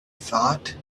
thought